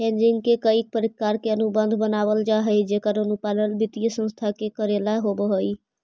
hedging ला कईक प्रकार के अनुबंध बनवल जा हई जेकर अनुपालन वित्तीय संस्था के कऽरेला होवऽ हई